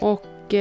Och